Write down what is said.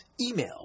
email